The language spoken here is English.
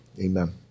Amen